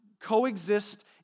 coexist